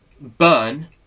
burn